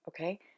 okay